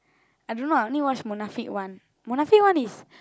I don't know I only watch Munafik-one Munafik-one is